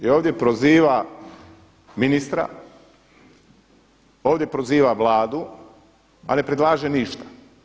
I ovdje proziva ministra, ovdje proziva Vladu, a ne predlaže ništa.